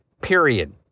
period